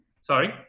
Sorry